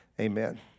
Amen